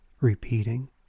repeating